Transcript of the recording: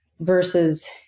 Versus